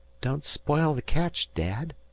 don't spile the catch, dad,